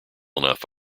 enough